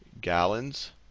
gallons